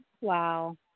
Wow